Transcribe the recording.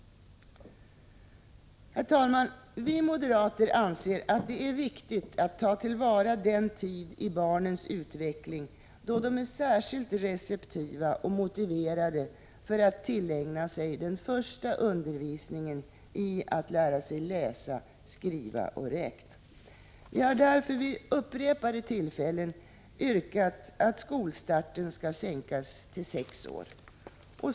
Herr talman! Vi moderater anser att det är viktigt att ta till vara den tid i barnens utveckling då de är särskilt receptiva och motiverade för att tillägna sig den första undervisningen i att lära sig läsa, skriva och räkna. Vi har därför vid upprepade tillfällen yrkat att skolstarten skall sänkas till sex år.